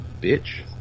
Bitch